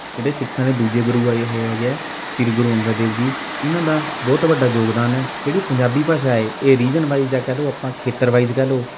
ਜਿਹੜੇ ਸਿੱਖਾਂ ਦੇ ਦੂਜੇ ਗੁਰੂ ਆਏ ਹੋਏ ਹੈਗੇ ਹੈ ਸ਼੍ਰੀ ਗੁਰੂ ਅੰਗਦ ਦੇਵ ਜੀ ਇਨ੍ਹਾਂ ਦਾ ਬਹੁਤ ਵੱਡਾ ਯੋਗਦਾਨ ਹੈ ਜਿਹੜੀ ਪੰਜਾਬੀ ਭਾਸ਼ਾ ਏ ਇਹ ਰੀਜ਼ਨ ਵਾਈਸ ਹੈ ਜਾਂ ਕਹਿ ਲਓ ਅੱਪਾਂ ਖੇਤਰ ਵਾਈਸ ਕਹਿ ਲਓ